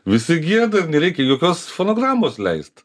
visi gieda ir nereikia jokios fonogramos leist